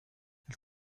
elle